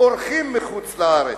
אורחים מחוץ-לארץ?